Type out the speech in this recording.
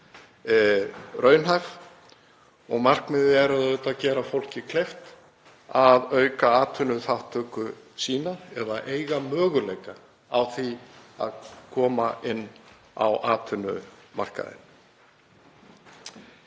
raunhæf. Markmiðið er auðvitað að gera fólki kleift að auka atvinnuþátttöku sína eða eiga möguleika á því að koma inn á atvinnumarkaðinn.